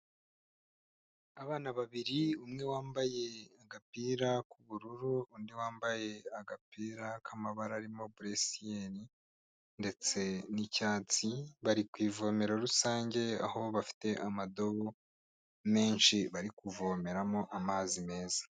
Abana babiri umwe wambaye agapira k'ubururu undi wambaye agapira k'amabara arimo buresiyeri, ndetse n'icyatsi bari ku ivomero rusange aho bafite amadobo, menshi bari kuvomeramo amazi meza.